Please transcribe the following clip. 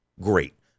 great